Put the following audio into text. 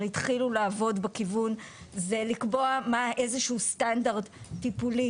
התחילו לעבוד בכיוון זה לקבוע איזשהו סטנדרט טיפולי